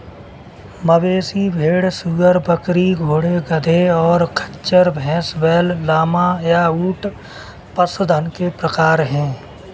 मवेशी, भेड़, सूअर, बकरी, घोड़े, गधे, और खच्चर, भैंस, बैल, लामा, या ऊंट पशुधन के प्रकार हैं